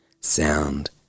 sound